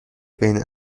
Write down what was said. بین